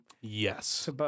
Yes